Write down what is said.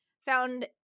found